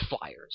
flyers